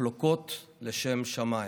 מחלוקות לשם שמיים.